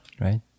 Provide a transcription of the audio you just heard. right